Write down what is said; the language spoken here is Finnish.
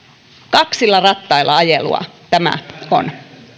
kaksilla rattailla ajelua tämä on